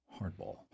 Hardball